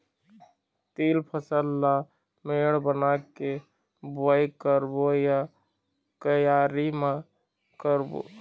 तील फसल ला मेड़ बना के बुआई करबो या क्यारी म करबो?